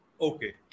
Okay